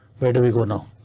where do we go now?